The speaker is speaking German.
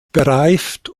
bereift